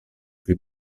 pli